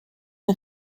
une